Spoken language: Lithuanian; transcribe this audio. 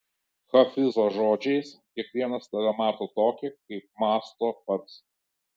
hafizo žodžiais kiekvienas tave mato tokį kaip mąsto pats